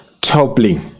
toppling